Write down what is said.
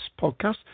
podcast